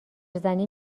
زنی